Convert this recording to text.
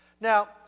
Now